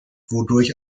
wodurch